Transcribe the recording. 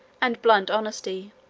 and blunt honesty.